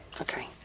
Okay